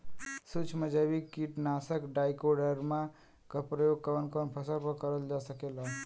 सुक्ष्म जैविक कीट नाशक ट्राइकोडर्मा क प्रयोग कवन कवन फसल पर करल जा सकेला?